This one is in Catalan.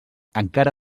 encara